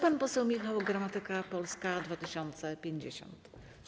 Pan poseł Michał Gramatyka, Polska 2050.